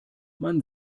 man